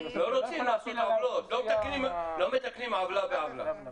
אתה לא יכול לעשות --- לא מתכוונים עוולה בעוולה.